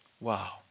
Wow